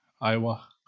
Iowa